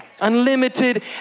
unlimited